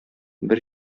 бер